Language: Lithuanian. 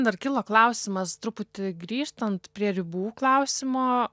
dar kilo klausimas truputį grįžtant prie ribų klausimo